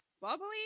Bubbly